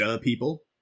people